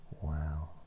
Wow